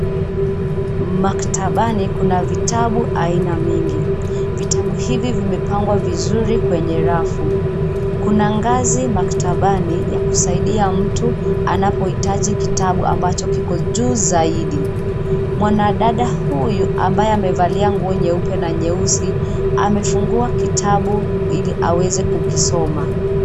Maktabani kuna vitabu aina mingi. Vitabu hivi vimepangwa vizuri kwenye rafu. Kuna ngazi maktabani ya kusaidia mtu anapohitaji kitabu ambacho kiko juu zaidi. Mwanadada huyu ambaye amevalia nguo nyeupe na nyeusi amefungua kitabu ili aweze kukisoma.